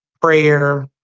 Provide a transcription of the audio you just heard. prayer